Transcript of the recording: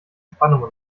spannung